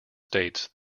states